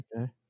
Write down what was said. okay